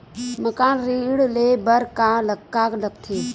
मकान ऋण ले बर का का लगथे?